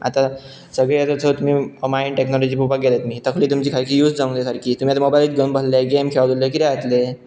आतां सगळेंत जर तुमी मायंड टॅक्नॉलॉजी पोवपाक गेल्यात तकली तुमची सारी यूज जावपाक सामकी आता मोबायलच घेवन बसले गेम्स खेळ्ळे कितें जातलें